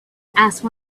asked